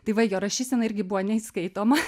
tai va jo rašysena irgi buvo neįskaitoma